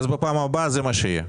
בפעם הבאה זה מה שיהיה.